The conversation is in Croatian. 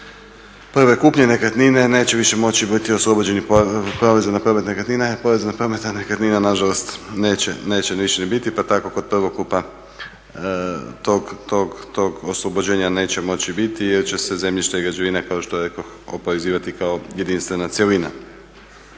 prve kupnje nekretnine neće višemoći biti oslobođeni porez na promet nekretnine, poreza na promet nekretnine nažalost neće više ni biti pa tako kod prvokupa tog oslobođenja neće moći biti jer će se zemljište i građevine kao što rekoh oporezivati kao jedinstvena cjelina.